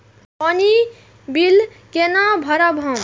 पानी बील केना भरब हम?